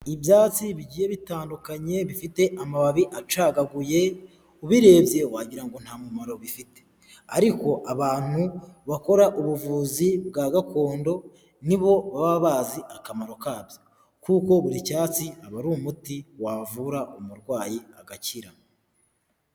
Ibyatsi bigiye bitandukanye bifite amababi acagaguye ubirebye wagira nta mumaro bifite, ariko abantu bakora ubuvuzi bwa gakondo nibo baba bazi akamaro kabyo, kuko buri cyatsi aba ari umuti wavura umurwayi agakira.